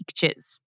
pictures